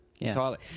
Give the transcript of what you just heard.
entirely